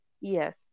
Yes